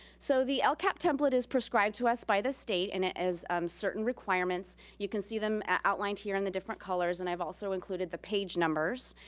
so the lcap template is prescribed to us by the state, and it is certain requirements. you can see them outlined here in the different colors, and i've also included the page numbers.